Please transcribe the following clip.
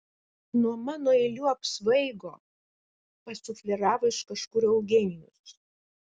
nuo mano eilių apsvaigo pasufleravo iš kažkur eugenijus